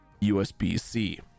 USB-C